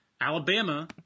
Alabama